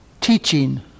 teaching